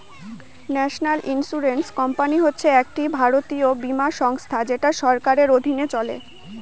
national insurance company হচ্ছে একটি জাতীয় বীমা সংস্থা যেটা সরকারের অধীনে চলে